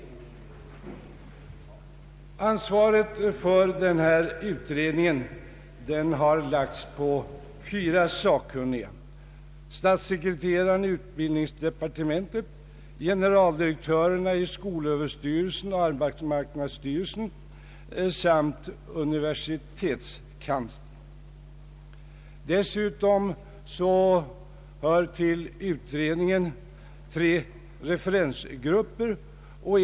Ansvaret för den här utredningen har lagts på fyra sakkunniga, statssekreteraren i = utbildningsdepartementet, generaldirektörerna i skolöverstyrelsen och arbetsmarknadsstyrelsen samt = universitetskanslern. Dessutom hör till utredningen tre referensgrupper.